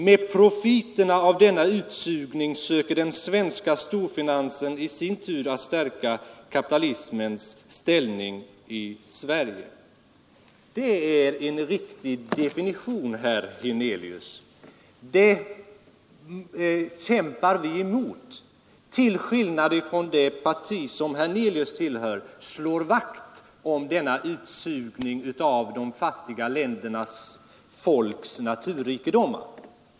Med profiterna av denna utsugning söker den svenska storfinansen i sin tur att stärka kapitalismens ställning i Sverige.” Det är en riktig definition, herr Hernelius. Det kämpar vi emot, till skillnad från det parti som herr Hernelius tillhör, som slår vakt om denna utsugning av de fattiga ländernas folks naturrikedomar.